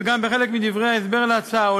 וגם מחלק מדברי ההסבר להצעה,